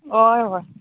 हय हय